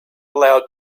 allowed